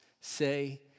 say